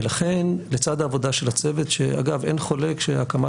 ולכן לצד העבודה של הצוות שאגב אין חולק שההקמה